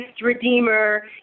redeemer